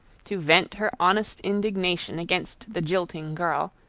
to vent her honest indignation against the jilting girl,